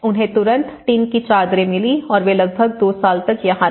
उन्हें तुरंत टिन की चादरें मिलीं और वे लगभग दो साल तक यहां रहे